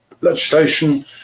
legislation